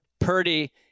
Purdy